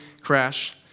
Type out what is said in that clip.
crash